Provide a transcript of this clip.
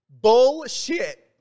Bullshit